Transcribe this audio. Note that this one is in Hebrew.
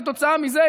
כתוצאה מזה,